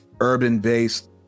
urban-based